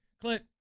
Clint